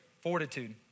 fortitude